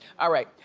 alright.